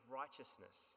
righteousness